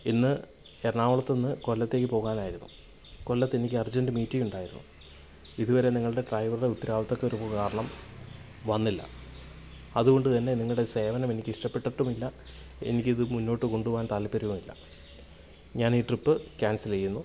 ഇന്ന് എറണാകുളത്തുനിന്ന് കൊല്ലത്തേക്ക് പോകാനായിരുന്നു കൊല്ലത്ത് എനിക്ക് അർജെൻറ്റ് മീറ്റിംഗ് ഉണ്ടായിരുന്നു ഇതുവരെ നിങ്ങളുടെ ഡ്രൈവറുടെ ഉത്തരവാദിത്തക്കുറവ് കാരണം വന്നില്ല അതുകൊണ്ട് തന്നെ നിങ്ങളുടെ സേവനം എനിക്കിഷ്ടപ്പെട്ടിട്ടുമില്ല എനിക്കിത് മുന്നോട്ട് കൊണ്ടുപോവാൻ താൽപ്പര്യവും ഇല്ല ഞാൻ ഈ ട്രിപ്പ് ക്യാൻസൽ ചെയ്യുന്നു